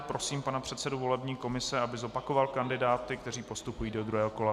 Prosím pana předsedu volební komise, aby zopakoval kandidáty, kteří postupují do druhého kola.